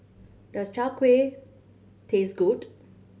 does Chai Kueh taste good